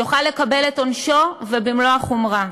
יוכל לקבל את עונשו ובמלוא החומרה,